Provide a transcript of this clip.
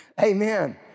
Amen